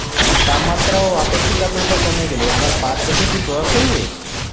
তাপমাত্রা ও আপেক্ষিক আদ্রর্তা কমে গেলে আমার পাট চাষে কী প্রভাব ফেলবে?